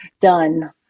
done